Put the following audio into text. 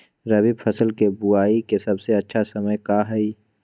रबी फसल के बुआई के सबसे अच्छा समय का हई?